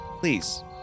please